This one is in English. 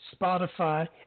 Spotify